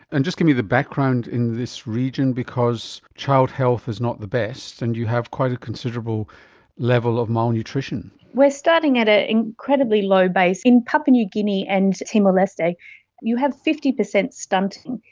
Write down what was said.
and just give me the background in this region because child health is not the best and you have quite a considerable level of malnutrition. we are starting at an incredibly low base. in papua new guinea and timor-leste you have fifty percent stunting.